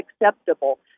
acceptable